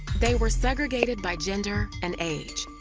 they were segregated by gender and age.